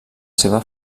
seva